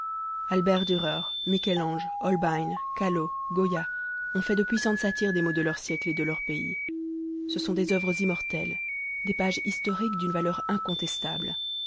albert dürer michel-ange holbein callot goya ont fait de puissantes satires des maux de leur siècle et de leur pays ce sont des uvres immortelles des pages historiques d'une valeur incontestable